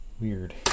Weird